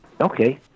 Okay